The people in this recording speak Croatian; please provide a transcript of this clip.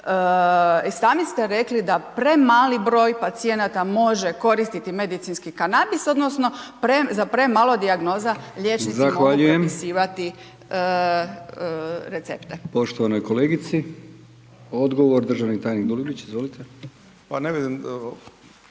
i sami ste rekli da premali broj pacijenata može koristiti medicinski kanabis odnosno za premalo dijagnoza liječnici…/Upadica: